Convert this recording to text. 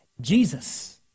Jesus